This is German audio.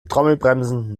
trommelbremsen